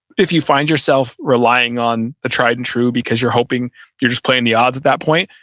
if you find yourself relying on the tried and true because you're hoping you're just playing the odds at that point.